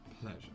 Pleasure